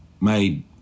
made